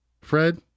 Fred